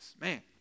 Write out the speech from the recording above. man